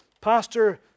Pastor